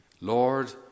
Lord